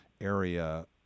area